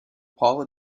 paula